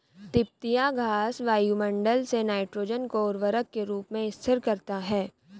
तिपतिया घास वायुमंडल से नाइट्रोजन को उर्वरक के रूप में स्थिर करता है